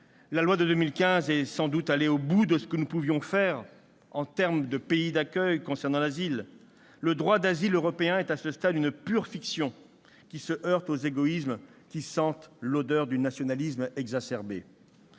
La loi de 2015 est sans doute allée au bout de ce que nous pouvions faire en termes de pays d'accueil concernant l'asile. Le droit d'asile européen est à ce stade une pure fiction, laquelle se heurte aux égoïsmes qui sentent l'odeur du nationalisme exacerbé.